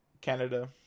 Canada